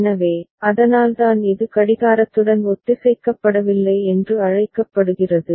எனவே அதனால்தான் இது கடிகாரத்துடன் ஒத்திசைக்கப்படவில்லை என்று அழைக்கப்படுகிறது